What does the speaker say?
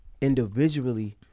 individually